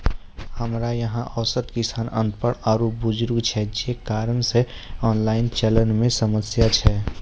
हमरा यहाँ औसत किसान अनपढ़ आरु बुजुर्ग छै जे कारण से ऑनलाइन चलन मे समस्या छै?